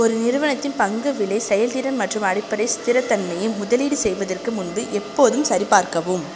ஒரு நிறுவனத்தின் பங்கு விலை செயல்திறன் மற்றும் அடிப்படை ஸ்திரத்தன்மையை முதலீடு செய்வதற்கு முன்பு எப்போதும் சரிபார்க்கவும்